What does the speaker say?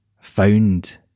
found